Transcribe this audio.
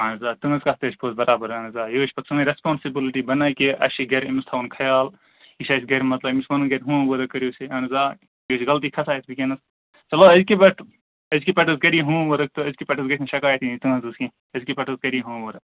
اَہَن حظ آ تُہٕنٛز کَتھ تہِ حظ چھِ پوٚز بَرابر اَہَن حظ آ یہِ حظ چھِ پَتہٕ سٲنۍ ریسپانسیبیلٕٹی بَنان کہِ اَسہِ چھُ گَرِ أمِس تھاوُن خَیال یہِ چھُ اسہِ گَرِ مطلب أمِس وَنُن گَرِ ہوٗم ؤرک کٔرِو اَہَن حظ آ یہِ چھِ غلطی کَھسان وُِنکیٚس چَلو أزۍکہِ پیٚٹھٕ أزۍکہِ پیٚٹھٕ حظ کرِ یہِ ہوٗم ؤرک تہٕ أزۍکہِ پیٚٹھٕ حظ گژھِ نہٕ شِکایت یِنۍ تُہٕنٛز حظ یِن کیٚنٛہہ أزۍکہِ پیٚٹھٕ حظ کٔرِ یہِ ہوٗم ؤرک